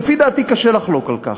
ולפי דעתי קשה לחלוק על כך.